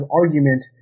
argument